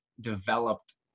developed